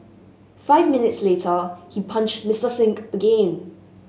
five minutes later he punched Mister Singh again